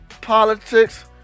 politics